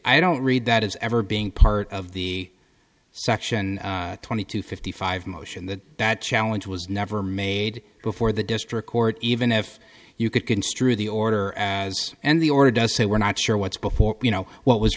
i don't read that as ever being part of the section twenty two fifty five motion that that challenge was never made before the district court even if you could construe the order as and the order does say we're not sure what's before you know what was